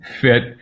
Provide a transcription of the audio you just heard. fit